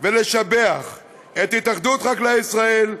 ולשבח את התאחדות חקלאי ישראל,